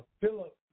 Philip